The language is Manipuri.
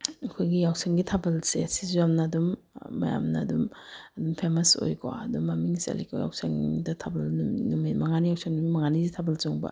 ꯑꯩꯈꯣꯏꯒꯤ ꯌꯥꯎꯁꯪꯒꯤ ꯊꯥꯕꯜꯁꯦ ꯁꯤꯁꯨ ꯌꯥꯝꯅ ꯑꯗꯨꯝ ꯃꯌꯥꯝꯅ ꯑꯗꯨꯝ ꯑꯗꯨꯝ ꯐꯦꯃꯁ ꯑꯣꯏꯀꯣ ꯑꯗꯨꯝ ꯃꯃꯤꯡ ꯆꯠꯂꯤꯀꯣ ꯌꯥꯎꯁꯪꯗ ꯊꯥꯕꯜ ꯅꯨꯃꯤꯠ ꯃꯉꯥꯅꯤ ꯌꯥꯎꯁꯪ ꯅꯨꯃꯤꯠ ꯃꯉꯥꯅꯤꯁꯤ ꯊꯥꯕꯜ ꯆꯣꯡꯕ